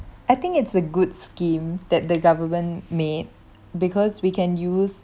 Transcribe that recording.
I think it's a good scheme that the government made because we can use